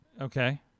Okay